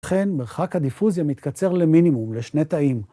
ולכן מרחק הדיפוזיה מתקצר למינימום לשני תאים.